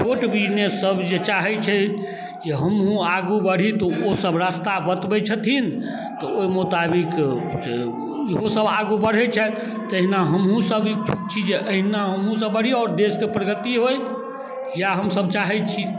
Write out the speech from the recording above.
छोट बिजनेससभ जे चाहैत छै जे हमहूँ आगू बढ़ी तऽ ओसभ रास्ता बतबैत छथिन तऽ ओहि मोताबिक इहोसभ आगू बढ़ैत छथि तहिना हमहूँसभ इच्छुक छी जे अहिना हमहूँसभ बढ़ी आओर देशके प्रगति होय इएह हमसभ चाहैत छी